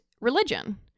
religion